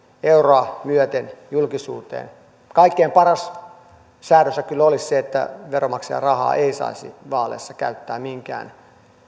euroa myöten julkisuuteen kaikkein paras säädös kyllä olisi se että veronmaksajan rahaa ei saisi vaaleissa käyttää minkään